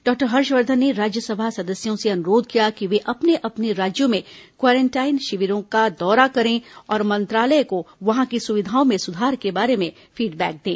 doctor Harshvardhan ने राज्यसभा सदस्यों से अनुरोध किया कि वे अपने अपने राज्यों में क्वेरेन्टाईन शिविरों को दौरा करें और मंत्रालय को वहां की सुविधाओं में सुधार के बारे में फीडबैक दें